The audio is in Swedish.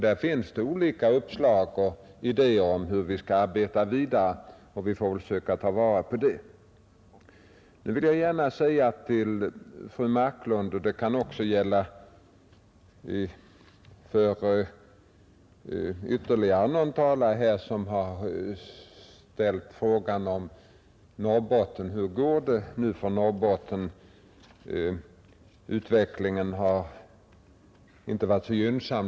Där finns olika uppslag och idéer om hur vi skall arbeta vidare, och vi får väl försöka ta vara på dem. Fru Marklund och ytterligare någon talare här har ställt frågan om hur det går i Norrbotten; utvecklingen har inte varit så gynnsam.